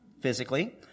physically